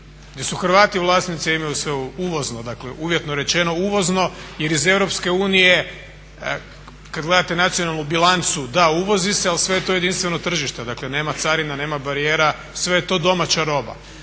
gdje su Hrvati vlasnici, a imaju sve uvozno. Dakle, uvjetno rečeno uvozno, jer iz EU kad gledate nacionalnu bilancu da uvozi se, ali sve je to jedinstveno tržište. Dakle, nema carina, nema barijera, sve je to domaća roba.